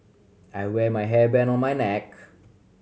I wear my hairband on my neck